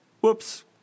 whoops